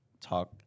talk